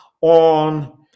on